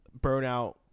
burnout